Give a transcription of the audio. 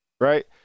right